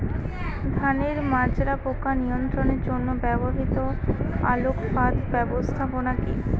ধানের মাজরা পোকা নিয়ন্ত্রণের জন্য ব্যবহৃত আলোক ফাঁদ ব্যবস্থাপনা কি?